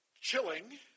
chilling